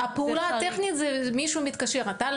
הפעולה הטכנית היא שמישהו מתקשר אל האדם,